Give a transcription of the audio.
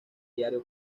diario